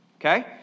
okay